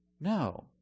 No